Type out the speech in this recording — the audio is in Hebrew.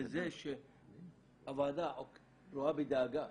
הוועדה רואה בדאגה